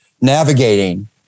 navigating